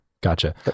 Gotcha